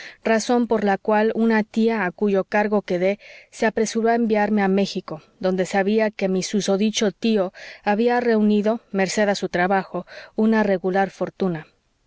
razón por la cual una tía a cuyo cargo quedé se apresuró a enviarme a méxico donde sabía que mi susodicho tío había reunido merced a su trabajo una regular fortuna